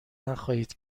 نخواهید